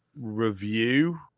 Review